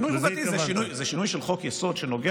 שינוי חוקתי זה שינוי של חוק-יסוד שנוגע